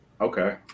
okay